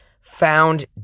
found